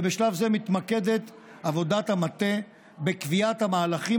ובשלב זה מתמקדת עבודת המטה בקביעת המהלכים